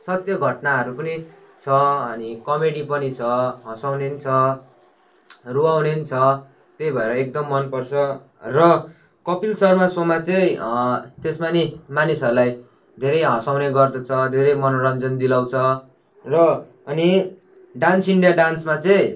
सत्य घट्नाहरू पनि छ अनि कमेडी पनि छ हँसाउने पनि छ रुवाउने पनि छ त्यही भएर एकदम मन पर्छ र कपिल शर्मा सोमा चाहिँ त्यसमा पनि मानिसहरूलाई धेरै हँसाउने गर्दछ धेरै मनोरञ्जन दिलाउँछ र अनि डान्स इन्डिया डान्समा चाहिँ